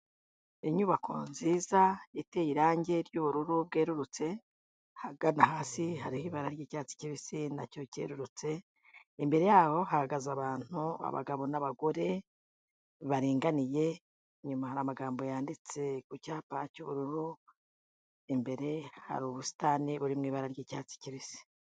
Inyubako nziza iteye irangi ry'ubururu bwerurutse, ahagana hasi hariho ibara ry'icyatsi kibisi na cyo cyerurutse, imbere yaho hahagaze abantu abagabo n'abagore baringaniye, inyuma hari amagambo yanditse ku cyapa cy'ubururu, imbere hari ubusitani buri mu ibara ry'icyatsi kibisi.